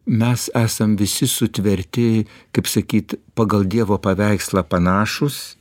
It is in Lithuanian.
mes esam visi sutverti kaip sakyt pagal dievo paveikslą panašūs